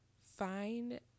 find